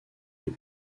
les